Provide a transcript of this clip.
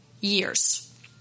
years